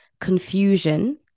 confusion